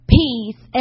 peace